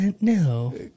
No